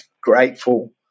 grateful